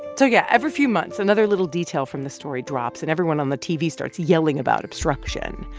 so yeah, every few months, another little detail from the story drops and everyone on the tv starts yelling about obstruction.